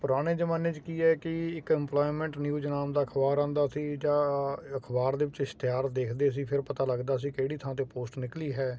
ਪੁਰਾਣੇ ਜਮਾਨੇ 'ਚ ਕੀ ਹੈ ਕਿ ਇੱਕ ਇੰਪਲੋਮੈਂਟ ਨਿਊਜ਼ ਨਾਮ ਦਾ ਅਖਬਾਰ ਆਉਂਦਾ ਸੀ ਜਾਂ ਅਖਬਾਰ ਦੇ ਵਿੱਚ ਇਸ਼ਤਿਹਾਰ ਦੇਖਦੇ ਸੀ ਫਿਰ ਪਤਾ ਲੱਗਦਾ ਸੀ ਕਿਹੜੀ ਥਾਂ 'ਤੇ ਪੋਸਟ ਨਿਕਲੀ ਹੈ